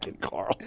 Carl